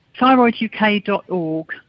thyroiduk.org